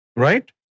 Right